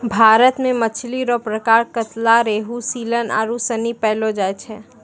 भारत मे मछली रो प्रकार कतला, रेहू, सीलन आरु सनी पैयलो जाय छै